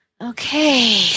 Okay